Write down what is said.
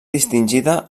distingida